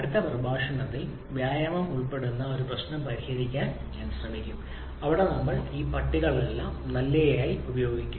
അടുത്ത പ്രഭാഷണത്തിൽ വ്യായാമം ഉൾപ്പെടുന്ന ഒരു പ്രശ്നം പരിഹരിക്കാൻ ഞാൻ ശ്രമിക്കും അവിടെ ഞങ്ങൾ ഈ പട്ടികകളെല്ലാം നന്നായി ഉപയോഗിക്കും